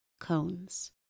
cones